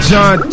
John